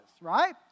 right